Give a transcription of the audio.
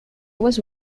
was